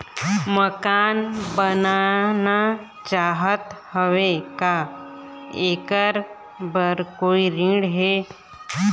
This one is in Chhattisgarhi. मकान बनवाना चाहत हाव, का ऐकर बर कोई ऋण हे?